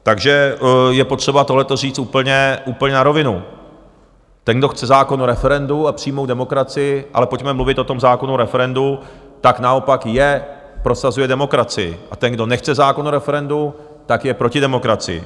Takže je potřeba tohleto říct úplně, úplně na rovinu: ten, kdo chce zákon o referendu a přímou demokracii ale pojďme mluvit o zákonu o referendu naopak prosazuje demokracii, a ten, kdo nechce zákon o referendu, je proti demokracii.